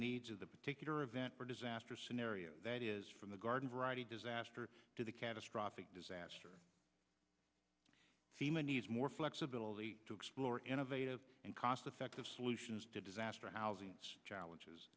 needs of the particular event for disaster scenario that is from the garden variety disaster to the catastrophic disaster fema needs more flexibility to explore innovative and cost effective solutions to disaster housings challenges